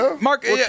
Mark